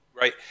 right